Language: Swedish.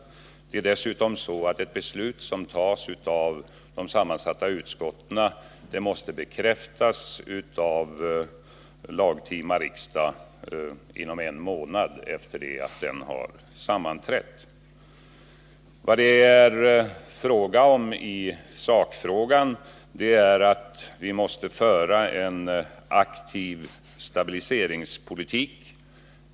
Dessutom är det så att de beslut som fattas av det sammansatta utskottet måste bekräftas av lagtima riksmöte inom en månad efter det att riksmötet sammanträtt. Vad sakfrågan gäller är att vi måste föra en aktiv stabiliseringspolitik.